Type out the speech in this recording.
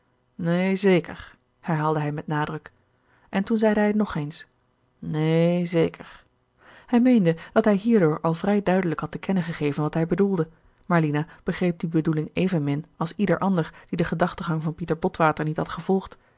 neen zeker herhaalde hij met nadruk en toen zeide hij nog eens neen zeker hij meende dat hij hierdoor al vrij duidelijk had te kennen gegeven wat hij bedoelde maar lina begreep die bedoeling evenmin als ieder ander die den gedachtengang van pieter botwater niet had gevolgd